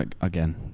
Again